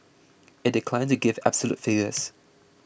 it declined to give absolute figures